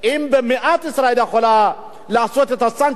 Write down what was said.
אם במעט ישראל יכולה לעשות את הסנקציות,